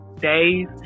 days